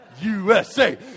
USA